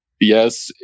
yes